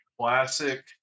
classic